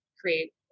create